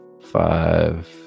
five